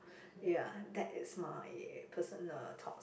ya that is my personal thoughts